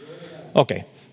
okei